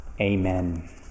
Amen